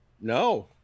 No